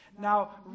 now